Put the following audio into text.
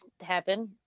happen